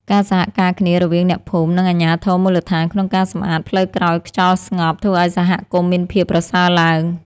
ការសហការគ្នារវាងអ្នកភូមិ និងអាជ្ញាធរមូលដ្ឋានក្នុងការសម្អាតផ្លូវក្រោយខ្យល់ស្ងប់ធ្វើឱ្យសហគមន៍មានភាពប្រសើរឡើង។